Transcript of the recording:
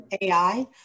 AI